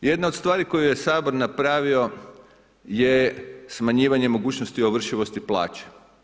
Jedna od stvari koju je Sabor napravio je smanjivanje mogućnosti ovršivosti plaće.